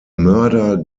mörder